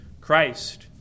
Christ